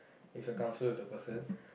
if you're comfortable with the person